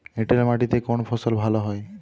এঁটেল মাটিতে কোন ফসল ভালো হয়?